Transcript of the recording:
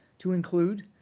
to include,